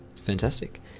Fantastic